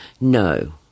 No